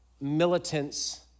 militants